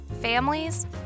families